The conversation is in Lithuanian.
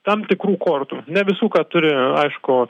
tam tikrų kortų ne visų ką turi aišku